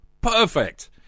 Perfect